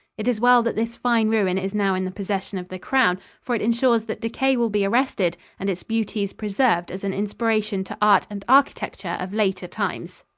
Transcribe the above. it is well that this fine ruin is now in the possession of the crown, for it insures that decay will be arrested and its beauties preserved as an inspiration to art and architecture of later times.